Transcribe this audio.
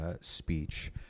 speech